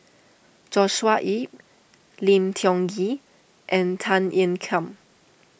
Joshua Ip Lim Tiong Ghee and Tan Ean Kiam